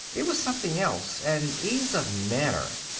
it was something else an ease of manner,